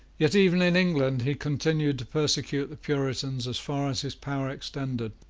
yet even in england he continued to persecute the puritans as far as his power extended,